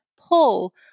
pull